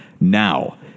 Now